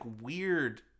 weird